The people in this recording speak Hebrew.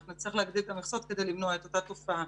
אנחנו נצטרך להגדיל את המכסות כדי למנוע את אותה תופעה,